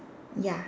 ya